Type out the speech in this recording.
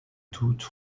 toute